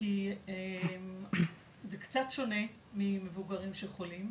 כי זה קצת שונה ממבוגרים שחולים,